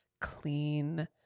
clean